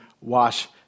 wash